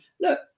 Look